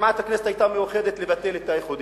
הכנסת היתה כמעט מאוחדת לגבי ביטול האיחודים,